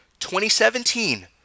2017